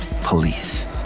Police